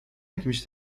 jakimś